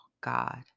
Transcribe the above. God